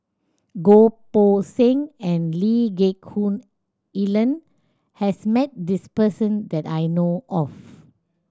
Goh Poh Seng and Lee Geck Hoon Ellen has met this person that I know of